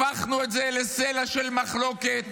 הפכנו את זה לסלע של מחלוקת.